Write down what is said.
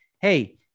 hey